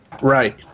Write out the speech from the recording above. right